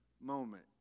moment